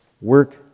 work